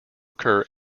occur